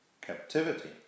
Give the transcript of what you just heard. captivity